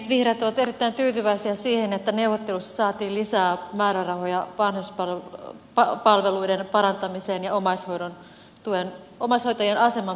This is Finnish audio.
vihreät ovat erittäin tyytyväisiä siihen että neuvotteluissa saatiin lisää määrärahoja vanhuspalveluiden parantamiseen ja omaishoitajien aseman parantamiseen